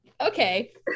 okay